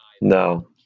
no